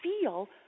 feel